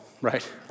right